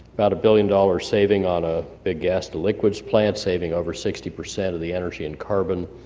about a billion dollar saving on a big gas-to-liquids plant saving over sixty percent of the energy in carbon.